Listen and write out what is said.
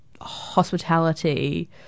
hospitality